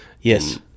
Yes